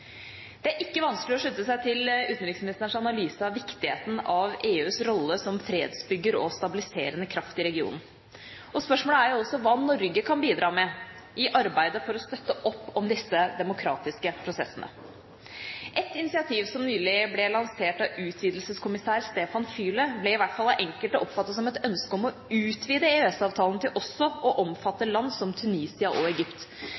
Det er ikke vanskelig å slutte seg til utenriksministerens analyse av viktigheten av EUs rolle som fredsbygger og stabiliserende kraft i regionen. Spørsmålet er jo også hva Norge kan bidra med i arbeidet for å støtte opp om disse demokratiske prosessene. Ett initiativ som nylig ble lansert av utvidelseskommissær Stefan Füle, ble i hvert fall av enkelte oppfattet som et ønske om å utvide EØS-avtalen til også omfatte land som Tunisia og Egypt.